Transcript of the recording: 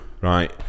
Right